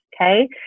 Okay